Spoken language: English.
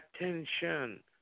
attention